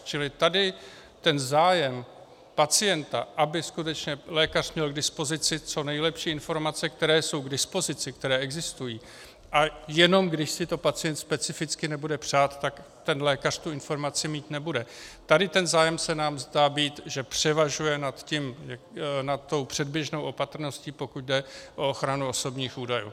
Čili tady ten zájem pacienta, aby skutečně lékař měl k dispozici co nejlepší informace, které jsou k dispozici, které existují, a jenom když si to pacient specificky nebude přát, tak ten lékař tu informaci mít nebude, ten zájem se nám zdá, že převažuje nad tou předběžnou opatrností, pokud jde o ochranu osobních údajů.